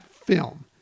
film